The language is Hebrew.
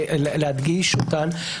להדגיש אותן.